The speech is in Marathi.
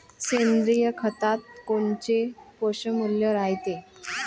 सेंद्रिय खतात कोनचे पोषनमूल्य रायते?